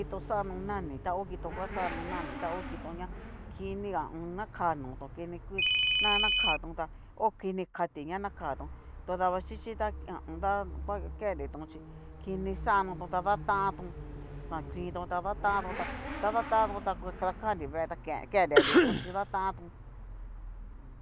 Kito xano na'ni ta ho kito va xano na'ni tá ngo kito ña kiniga naka notón niniku nanakatón tá okini kati ña nakatón, to davaxhichi ta ha a an ngua kenriton xhi kinixanotón datantón na kuintón ta datantón ta datanto ta dakanri vee ta kenreriton xhi datantón,